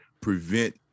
prevent